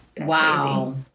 wow